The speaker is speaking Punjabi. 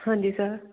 ਹਾਂਜੀ ਸਰ